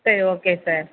சரி okay sir